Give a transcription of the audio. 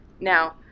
Now